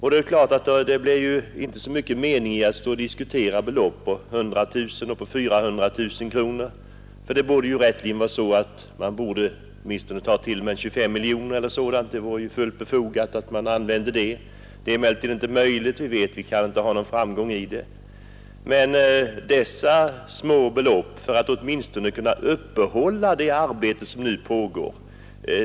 Det är egentligen inte så stor mening med att diskutera belopp på 100 000 och 400 000 kronor. Det borde vara fullt befogat med ett anslag på 25 miljoner kronor eller däromkring, men vi vet att ett sådant krav inte kan ha någon framgång. Det minsta som kan begäras är emellertid att man även i fortsättningen anslår de små belopp som fordras för att åtminstone fortsätta det arbete som nu pågår.